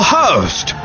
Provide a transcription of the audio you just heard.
host